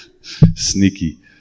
Sneaky